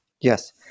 Yes